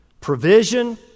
provision